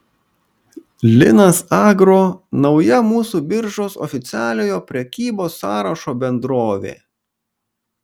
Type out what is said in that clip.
linas agro nauja mūsų biržos oficialiojo prekybos sąrašo bendrovė